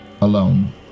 alone